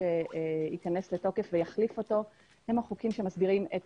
שייכנס לתוקף ויחליפו הם החוקים שמסדירים את